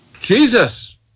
Jesus